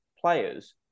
players